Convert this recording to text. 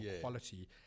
quality